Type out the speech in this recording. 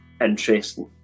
interesting